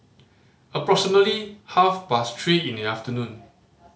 approximately half past three in the afternoon